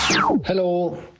Hello